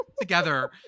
together